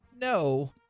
no